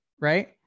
right